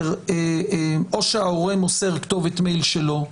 או שההורה מוסר כתובת מייל שלו,